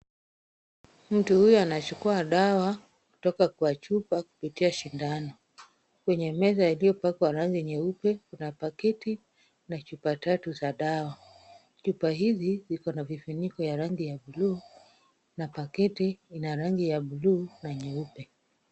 Mtu huyu anachukuwa dawa kutoka kwa chupa kupitia sindano. Kwenye meza iliyopakwa rangi nyeupe, Kuna paketi la chupa tatu za dawa. Chupa hizi ziko na vifuniko ya rangi ya buluu na paketi ina rangi ya buluu na nyeupe.